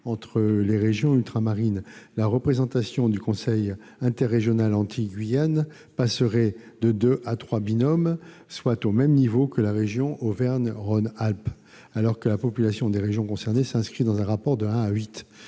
entre régions ultramarines. La représentation du conseil interrégional Antilles-Guyane passerait de deux à trois binômes, soit le même niveau que celui de la région Auvergne-Rhône-Alpes, alors que les populations des régions concernées s'inscrivent dans un rapport de un à